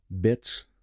bits